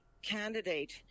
Candidate